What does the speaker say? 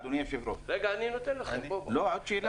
אחידות,